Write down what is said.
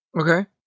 Okay